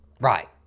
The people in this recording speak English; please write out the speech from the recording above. right